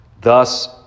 thus